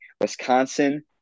Wisconsin